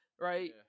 right